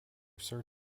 sir